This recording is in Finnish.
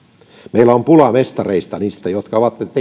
meillä on pula mestareista niistä jotka ovat